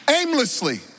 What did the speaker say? aimlessly